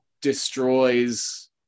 destroys